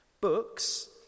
books